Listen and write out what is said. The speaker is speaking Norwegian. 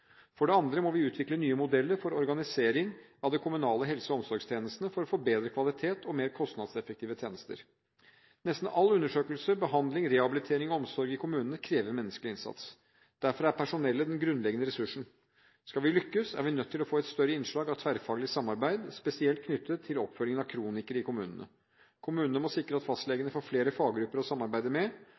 For det andre må vi utvikle nye modeller for organisering av de kommunale helse- og omsorgstjenestene for å få bedre kvalitet og mer kostnadseffektive tjenester. Nesten all undersøkelse, behandling, rehabilitering og omsorg i kommunene krever menneskelig innsats. Derfor er personellet den grunnleggende ressursen. Skal vi lykkes, er vi nødt til å få et større innslag av tverrfaglig samarbeid, spesielt knyttet til oppfølging av kronikere i kommunene. Kommunene må sikre at fastlegene får flere faggrupper å samarbeide med,